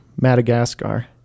Madagascar